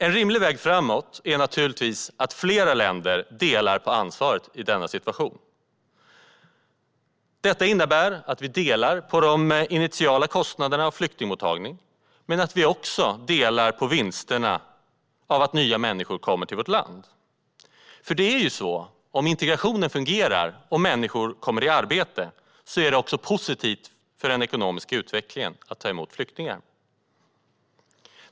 En rimlig väg framåt är naturligtvis att flera länder delar på ansvaret i denna situation. Detta innebär att vi delar på de initiala kostnaderna av flyktingmottagning men också att vi delar på vinsterna av att nya människor kommer till vårt land, för om integrationen fungerar och människor kommer i arbete är det positivt för den ekonomiska utvecklingen att ta emot flyktingar.